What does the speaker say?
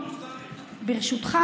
ברשותך,